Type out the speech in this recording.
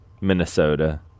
Minnesota